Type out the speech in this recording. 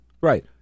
Right